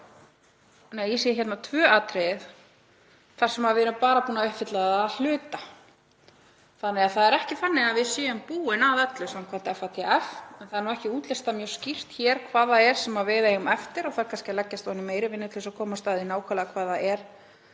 Svo eru hérna tvö atriði þar sem við erum bara búin að uppfylla hluta þannig að það er ekki þannig að við séum búin að öllu samkvæmt FATF en það er ekki útlistað mjög skýrt hér hvað það er sem við eigum eftir og þarf kannski að leggjast í meiri vinnu til að komast að því nákvæmlega hvað það er